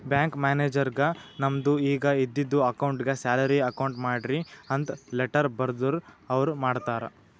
bank ಮ್ಯಾನೇಜರ್ಗ್ ನಮ್ದು ಈಗ ಇದ್ದಿದು ಅಕೌಂಟ್ಗ್ ಸ್ಯಾಲರಿ ಅಕೌಂಟ್ ಮಾಡ್ರಿ ಅಂತ್ ಲೆಟ್ಟರ್ ಬರ್ದುರ್ ಅವ್ರ ಮಾಡ್ತಾರ್